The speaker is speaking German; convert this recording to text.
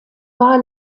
war